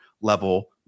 level